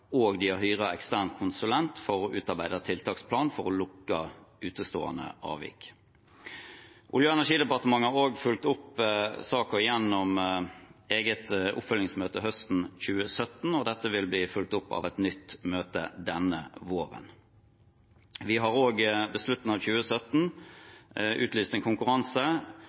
og de har hyret inn en ekstern konsulent for å utarbeide en tiltaksplan for å lukke utestående avvik. Olje- og energidepartementet har også fulgt opp saken gjennom et eget oppfølgingsmøte høsten 2017, og dette vil bli fulgt opp av et nytt møte denne våren. Vi utlyste på slutten av 2017 en konkurranse